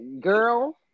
Girl